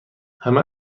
همه